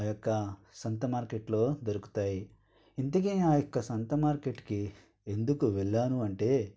ఆయొక్క సంత మార్కెట్లో దొరుకుతాయి ఇంతకీ ఆయొక్క సంత మార్కెట్కి ఎందుకు వెళ్ళాను అంటే